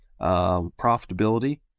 profitability